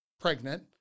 pregnant